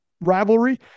rivalry